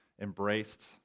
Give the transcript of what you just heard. embraced